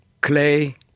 clay